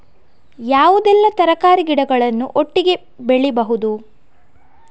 ಯಾವುದೆಲ್ಲ ತರಕಾರಿ ಗಿಡಗಳನ್ನು ಒಟ್ಟಿಗೆ ಬೆಳಿಬಹುದು?